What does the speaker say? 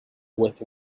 with